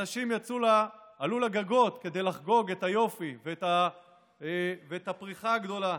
אנשים עלו לגגות כדי לחגוג את היופי ואת הפריחה הגדולה